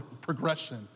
progression